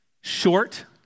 short